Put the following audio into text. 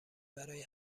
برای